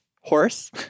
horse